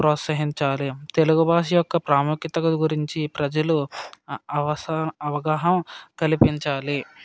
ప్రోత్సహించాలి తెలుగు భాష యొక్క ప్రాముఖ్యత గురించి ప్రజలు అస అవగాహన కల్పించాలి